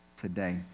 today